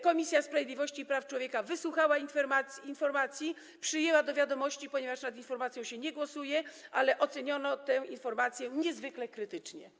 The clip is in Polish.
Komisja Sprawiedliwości i Praw Człowieka wysłuchała informacji, przyjęła ją do wiadomości, ponieważ nad informacją się nie głosuje, ale oceniono tę informację niezwykle krytycznie.